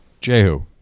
Jehu